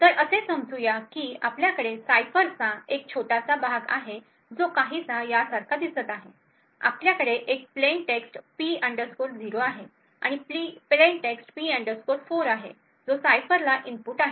तर असे समजू की आपल्याकडे सायफरचा एक छोटासा भाग आहे जो काहीसा यासारखा दिसत आहे आपल्याकडे एक प्लेन टेक्स्ट P 0 आहे आणि प्लेन टेक्स्ट P 4 आहे जो सायफरला इनपुट आहे